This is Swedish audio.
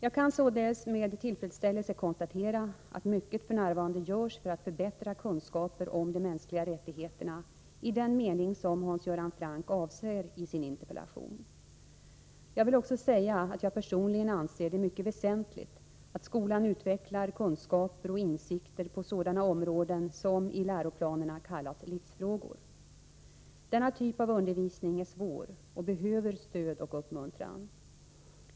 Jag kan således med tillfredsställelse konstatera att mycket f. n. görs för att förbättra kunskaper om de mänskliga rättigheterna i den mening som Hans Göran Franck avser i sin interpellation. Jag vill också säga att jag personligen anser det mycket väsentligt att skolan utvecklar kunskaper och insikter på 111 förbättra kunskaperna om de mänskliga rättigheternam.m. sådana områden som i läroplanerna kallas livsfrågor. Denna typ av undervisning är svår och behöver stöd och uppmuntran.